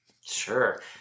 Sure